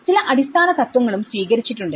അവർ ചില അടിസ്ഥാന തത്വങ്ങളും സ്വീകരിച്ചിട്ടുണ്ട്